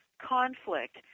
conflict